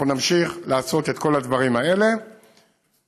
אנחנו נמשיך לעשות את כל הדברים האלה במשרד,